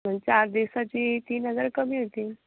पण चार दिवसाची तीन हजार कमी होतील